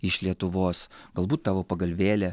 iš lietuvos galbūt tavo pagalvėlė